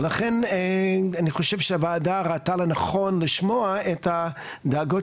ולכן אני חושב שהוועדה ראתה לנכון לשמוע את הדאגות